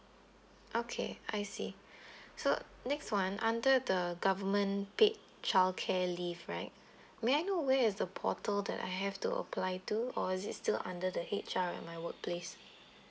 okay I see so next one under the government paid childcare leave right may I know where is the portal that I have to apply to or is it still under the H_R at my workplace